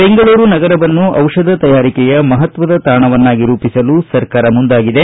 ಬೆಂಗಳೂರು ನಗರವನ್ನು ಔಷಧ ತಯಾರಿಕೆಯ ಮಹತ್ವದ ತಾಣವನ್ನಾಗಿ ರೂಪಿಸಲು ಸರ್ಕಾರ ಮುಂದಾಗಿದೆ